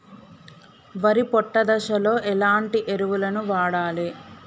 వరి పొట్ట దశలో ఎలాంటి ఎరువును వాడాలి?